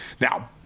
Now